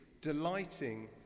delighting